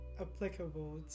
applicable